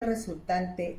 resultante